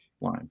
line